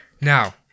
Now